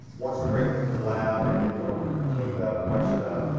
once we bring them into the lab, and get them cleaned up washed up,